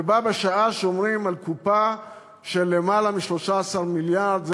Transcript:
ובה בשעה שומרים על קופה של למעלה מ-13 מיליארד,